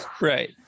Right